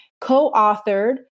co-authored